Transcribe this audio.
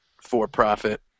for-profit